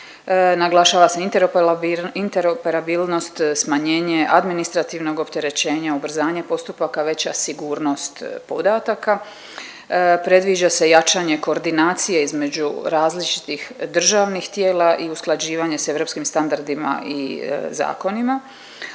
Naglašava se interoperabilnost, smanjenje administrativnog opterećenja, ubrzanje postupaka, veća sigurnost podataka, predviđa se jačanje koordinacije između različitih državnih tijela i usklađivanje s europskim standardima i zakonima.